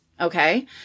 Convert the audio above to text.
okay